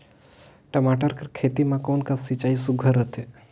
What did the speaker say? टमाटर कर खेती म कोन कस सिंचाई सुघ्घर रथे?